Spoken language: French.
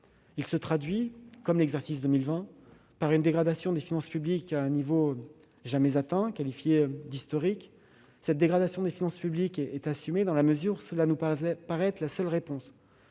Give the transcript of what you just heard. Il se traduit, comme l'exercice 2020, par une dégradation des finances publiques à un niveau jamais atteint, qualifié d'historique. Nous assumons cette dégradation des finances publiques, dans la mesure où elle nous paraît constituer la seule réponse